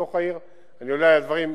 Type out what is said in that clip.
בתוך העיר אני עולה על הדברים.